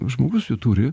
žmogus jų turi